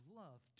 love